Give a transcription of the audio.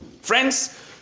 Friends